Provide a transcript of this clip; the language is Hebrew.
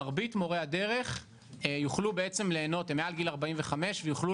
מרבית מורי הדרך הם מעל גיל 45 ויוכלו